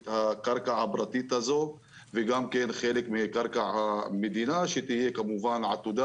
הקרקע הפרטית הזאת וגם חלק מקרקע המדינה שתהיה עתודה